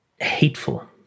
hateful